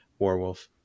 warwolf